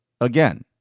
again